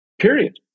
period